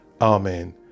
Amen